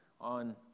on